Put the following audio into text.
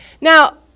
Now